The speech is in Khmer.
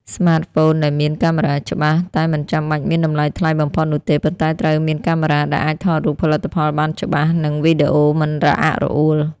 ស្មាតហ្វូនដែលមានកាមេរ៉ាច្បាស់ តែមិនចាំបាច់មានតម្លៃថ្លៃបំផុតនោះទេ ប៉ុន្តែត្រូវមានកាមេរ៉ាដែលអាចថតរូបផលិតផលបានច្បាស់ និងវីដេអូមិនរអាក់រអួល។